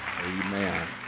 Amen